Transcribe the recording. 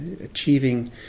achieving